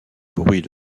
bruits